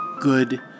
good